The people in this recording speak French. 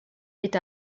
est